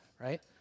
right